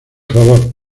favor